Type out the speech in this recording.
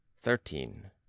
thirteen